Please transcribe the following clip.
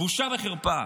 בושה וחרפה.